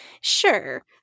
Sure